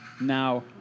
Now